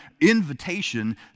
invitation